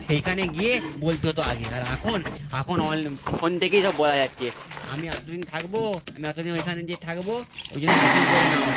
সেইখানে গিয়ে বলতে হতো আগে আর এখন এখন অন ফোন থেকেই সব বলা যাচ্ছে আমি এত দিন থাকব আমি এত দিন ওইখানে যেয়ে থাকব ওই জন্য বুকিং করে নাও